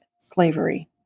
slavery